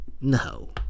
no